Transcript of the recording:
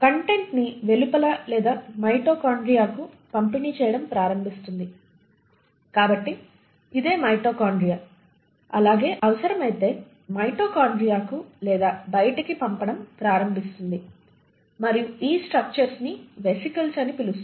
content ని వెలుపల లేదా మైటోకాండ్రియాకు పంపిణీ చేయటం ప్రారంభిస్తుంది కాబట్టి ఇదే మైటోకాండ్రియా అలాగే అవసరమైతే మైటోకాండ్రియాకు లేదా బయటికి పంపడం ప్రారంభిస్తుంది మరియు ఈ స్ట్రక్చర్స్ ని వేసికిల్స్ అని పిలుస్తారు